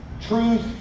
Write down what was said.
Truth